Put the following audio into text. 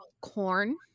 Corn